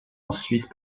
ensuite